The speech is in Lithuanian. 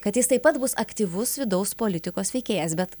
kad jis taip pat bus aktyvus vidaus politikos veikėjas bet